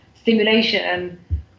stimulation